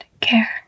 care